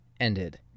ended